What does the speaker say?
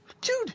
Dude